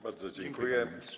Bardzo dziękuję.